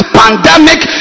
pandemic